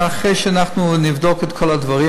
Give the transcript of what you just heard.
אחרי שאנחנו נבדוק את כל הדברים,